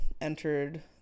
entered